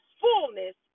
fullness